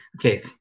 Okay